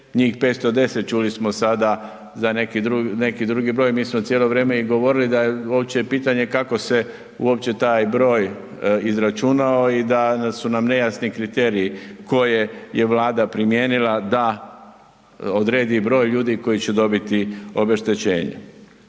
njih 510, čuli smo sada za neki drugi broj, mi smo cijelo vrijeme i govorili da je uopće pitanje kako se uopće taj broj izračunao i da su nam nejasni kriteriji koje je Vlada primijenila da odredi broj ljudi koji će dobiti obeštećenje.